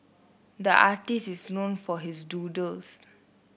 the artist is known for his doodles